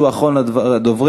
שהוא אחרון הדוברים,